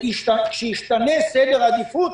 שישתנה סדר העדיפות.